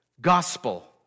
gospel